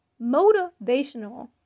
Motivational